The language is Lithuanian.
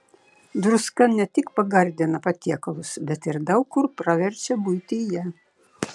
druska ne tik pagardina patiekalus bet ir daug kur praverčia buityje